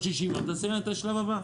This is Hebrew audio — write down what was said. עוד 60 ימים ותעשה את השלב הבא,